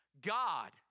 God